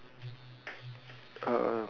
uh